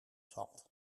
valt